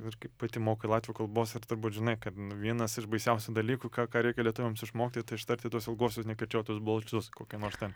ir kai pati mokai latvių kalbos ir turbūt žinai kad nu vienas iš baisiausių dalykų ką ką reikia lietuviams išmokti tai ištarti tuos ilguosius nekirčiuotus balsius kokia nors ten